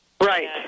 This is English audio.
Right